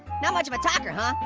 not much of a talker, huh?